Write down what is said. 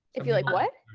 if you like what?